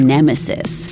Nemesis